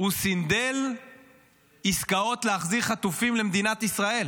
הוא סנדל עסקאות להחזיר חטופים למדינת ישראל.